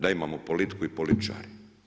Da imamo politiku i političare.